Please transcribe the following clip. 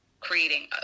creating